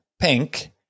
pink